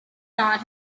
not